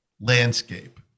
landscape